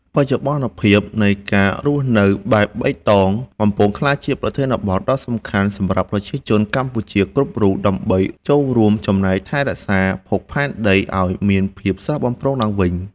បច្ចុប្បន្នភាពនៃការរស់នៅបែបបៃតងកំពុងក្លាយជាប្រធានបទដ៏សំខាន់សម្រាប់ប្រជាជនកម្ពុជាគ្រប់រូបដើម្បីចូលរួមចំណែកថែរក្សាភពផែនដីឱ្យមានភាពស្រស់បំព្រងឡើងវិញ។